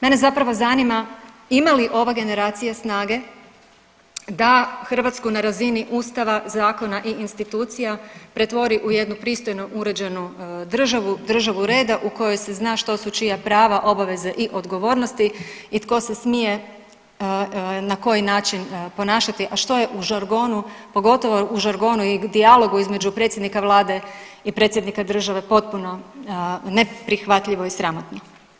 Mene zapravo zanima ima li ova generacija snage da Hrvatsku na razinu Ustava, zakona i institucija pretvori u jednu pristojnu uređenu državu, državu reda u kojoj se zna što ću čija prava, obaveze i odgovornosti i tko se smije na koji način ponašati, a što je u žargonu, pogotovo u žargonu i dijalogu između predsjednika vlade i predsjednika države potpuno neprihvatljivo i sramotno.